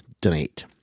donate